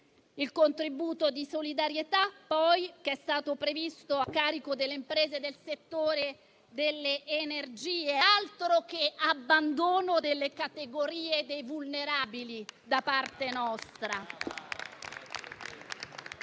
il contributo di solidarietà, che è stato previsto a carico delle imprese del settore delle energie. Altro che abbandono delle categorie dei vulnerabili da parte nostra.